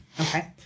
Okay